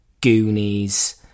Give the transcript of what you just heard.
goonies